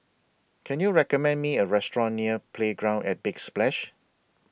Can YOU recommend Me A Restaurant near Playground At Big Splash